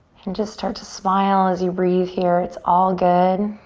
and just start to smile as you breathe here. it's all good.